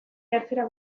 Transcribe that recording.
jartzera